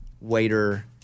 waiter